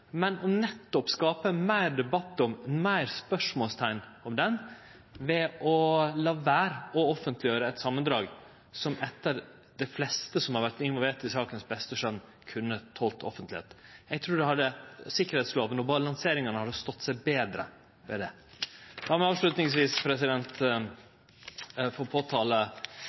men nettopp å skape meir debatt og fleire spørsmål ved å la vere å offentleggjere eit samandrag som etter skjønet til dei fleste som har vore involverte i saka, kunne tolt offentlegheit. Eg trur sikkerheitslova og balanseringa hadde stått seg betre ved det. La meg avslutningsvis